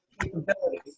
capabilities